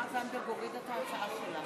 רגע, ועדת הכנסת?